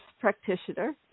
practitioner